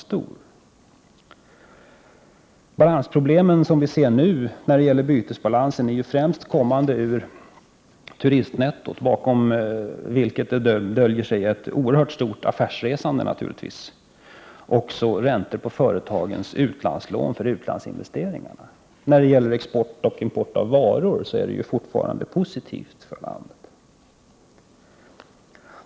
De balansproblem som vi nu ser när det gäller bytesbalansen beror främst på turistnettot, bakom vilket det naturligtvis döljer sig ett oerhört stort affärsresande, och på räntor på företagens utlandslån för utlandsinvesteringar. Om man ser till export och import av varor är bytesbalansen fortfarande positiv för Sverige.